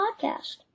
podcast